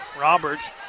Roberts